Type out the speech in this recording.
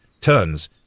turns